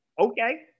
Okay